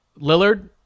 Lillard